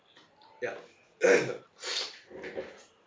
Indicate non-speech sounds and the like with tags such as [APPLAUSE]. yup [COUGHS] [NOISE]